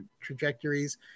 trajectories